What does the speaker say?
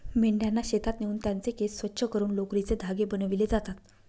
मेंढ्यांना शेतात नेऊन त्यांचे केस स्वच्छ करून लोकरीचे धागे बनविले जातात